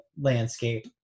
landscape